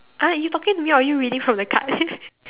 !huh! you talking to me or are you reading from the card